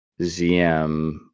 ZM